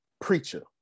preacher